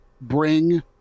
bring